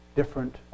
different